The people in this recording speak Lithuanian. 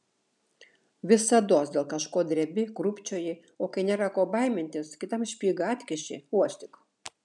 visados dėl kažko drebi krūpčioji o kai nėra ko baimintis kitam špygą atkiši uostyk